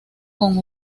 con